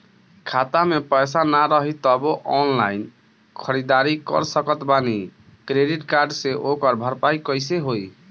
खाता में पैसा ना रही तबों ऑनलाइन ख़रीदारी कर सकत बानी क्रेडिट कार्ड से ओकर भरपाई कइसे होई?